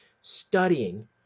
studying